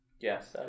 Yes